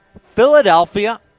Philadelphia